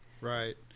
Right